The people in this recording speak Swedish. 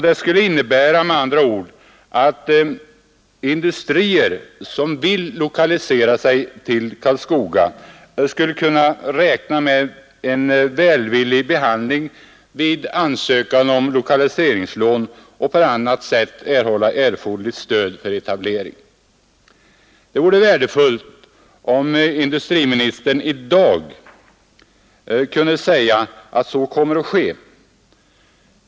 Det skulle med andra ord innebära att industrier som vill lokalisera sig till Karlskoga skulle kunna räkna med en välvillig behandling vid ansökan om lokaliseringslån och 7 även på annat sätt erhålla erforderligt stöd för etablering. Det vore värdefullt om industriministern i dag kunde säga att så kommer att ske.